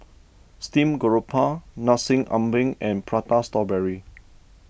Steamed Garoupa Nasi Ambeng and Prata Strawberry